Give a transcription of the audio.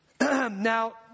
Now